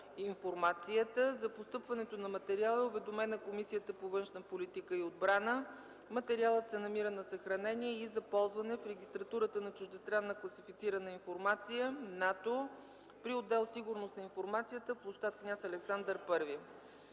информацията”. За постъпването на материала е уведомена Комисията по външна политика и отбрана. Материалът се намира на съхранение и за ползване в регистратурата на „Чуждестранна класифицирана информация – НАТО” при отдел „Сигурност на информацията” – пл. „Княз Александър I”.